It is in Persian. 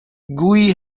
گویی